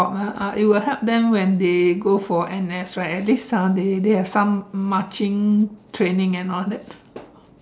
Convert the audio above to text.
sop ah it will help them when they go for N_S right at least ah they they have some m~ marching training and all that